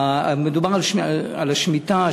מדובר על שמיטה,